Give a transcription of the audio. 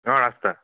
আচ্ছা